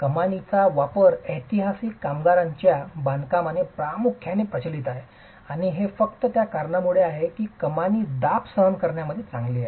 कमानींचा वापर ऐतिहासिक कामगाराच्या बांधकामांमध्ये प्रामुख्याने प्रचलित आहे आणि हे फक्त त्या कारणामुळे आहे की कमानी दाब सहन करण्यामध्ये चांगली आहे